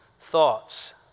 thoughts